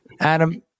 Adam